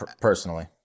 personally